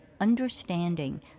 understanding